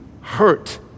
hurt